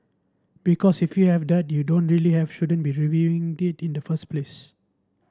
because if you have then you don't really have shouldn't be reviewing it in the first place